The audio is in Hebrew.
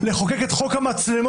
הלכו ופיזרו את הכנסת.